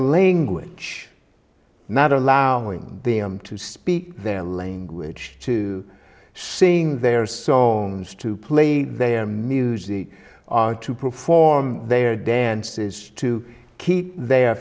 which not allowing them to speak their language to sing their songs to play their music or to perform their dances to keep their